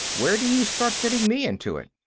where do you start fitting me into it?